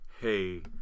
hey